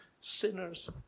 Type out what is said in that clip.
sinners